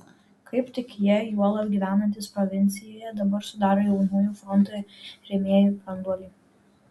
kaip tik jie juolab gyvenantys provincijoje dabar sudaro jaunųjų fronto rėmėjų branduolį